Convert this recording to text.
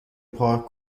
پارک